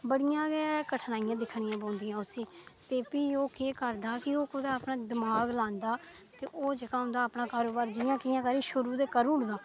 बड़ियां गै कठिनाइयां दिक्खनियां पौंदियां उसी ते भी ओह् केह् करदा कि ओह् कुतै अपना दमाग लांदा ते ओह् जेह्का उं'दा अपना कारोबार जि'यां कि'यां करी शुरू ते करी ओड़दा